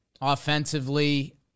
offensively